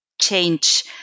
change